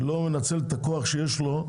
לא מנצל את הכוח שיש לו,